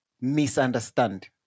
misunderstand